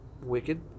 Wicked